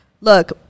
look